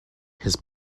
his